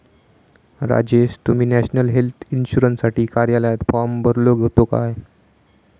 राजेश, तुम्ही national health इन्शुरन्ससाठी कार्यालयात फॉर्म भरलो होतो काय?